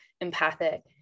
empathic